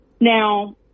Now